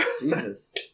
Jesus